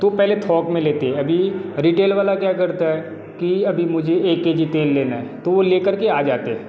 तो पहले थौक में लेते अभी रिटेल वाला क्या करता है कि अभी मुझे एक के जी तेल लेना है तो वो ले कर के आ जाते हैं